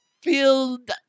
filled